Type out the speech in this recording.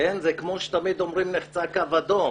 זה כמו שתמיד אומרים "נחצה קו אדום",